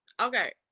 okay